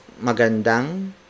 magandang